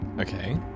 Okay